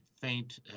faint